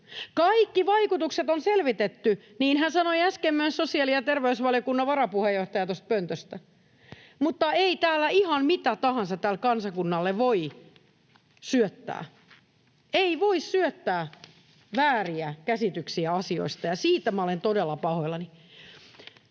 Kaikki vaikutukset on selvitetty, niinhän sanoi äsken myös sosiaali- ja terveysvaliokunnan varapuheenjohtaja tuosta pöntöstä. Mutta ei täällä ihan mitä tahansa tälle kansakunnalle voi syöttää. Ei voi syöttää vääriä käsityksiä asioista, ja siitä minä olen todella pahoillani.